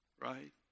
right